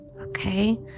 Okay